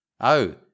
Oh